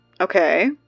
Okay